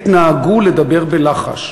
עת נהגו לדבר בלחש.